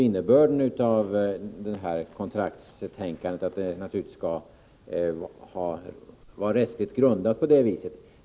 Innebörden av detta kontraktstänkande är naturligtvis att kontraktet skall vara rättsligt grundat.